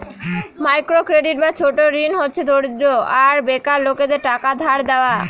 micro credit বা ছোট ঋণ হচ্ছে দরিদ্র আর বেকার লোকেদের টাকা ধার দেওয়া